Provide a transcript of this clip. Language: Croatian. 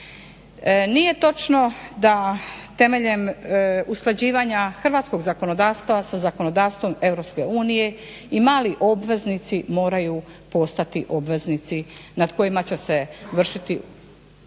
Nije točno da temeljem usklađivanja hrvatskog zakonodavstva sa zakonodavstvom Europske unije i mali obveznici moraju postati obveznici nad kojima će se vršiti i